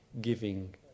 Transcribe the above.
giving